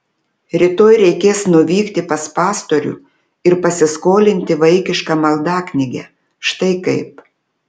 rytoj reikės nuvykti pas pastorių ir pasiskolinti vaikišką maldaknygę štai kaip